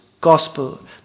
gospel